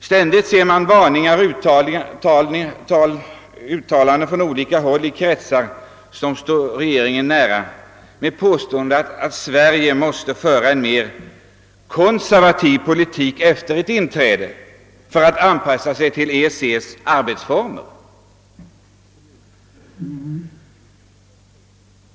Ständigt ser man varningar och hör uttalanden från olika håll i kretsar som står regeringen nära, av vilka det framgår att Sverige måste föra en mer konservativ politik efter ett inträde för att anpassa sig till EEC:s arbetsformer.